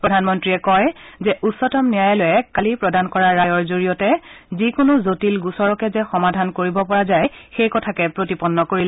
প্ৰধানমন্ত্ৰীয়ে কয় যে উচ্চতম ন্যায়ালয়ে কালি প্ৰদান কৰা ৰায়ৰ জৰিয়তে যিকোনো জটিল গোচৰকে যে সমাধান কৰিব পৰা যায় সেই কথাকে প্ৰতিপন্ন কৰিলে